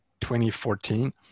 2014